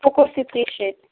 Poco সিথ্রির set